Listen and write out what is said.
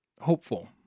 hopeful